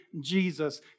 Jesus